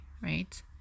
right